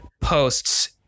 posts